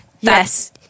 yes